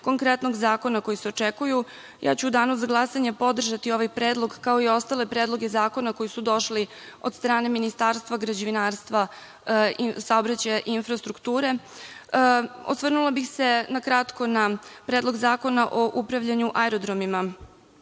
konkretnog zakona koji se očekuju, u danu za glasanje ću podržati ovaj predlog kao i ostale predloge zakona koji su došli od strane Ministarstva građevinarstva, saobraćaja, infrastrukture. Na kratko bih se osvrnula na Predlog zakona o upravljanju aerodromima.